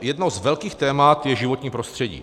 Jedno z velkých témat je životní prostředí.